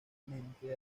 líricamente